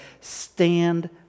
stand